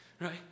right